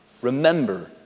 Remember